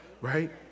right